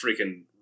freaking